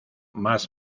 más